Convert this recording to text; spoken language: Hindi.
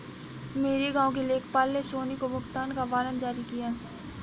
मेरे गांव के लेखपाल ने सोनी को भुगतान का वारंट जारी किया